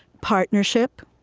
partnership,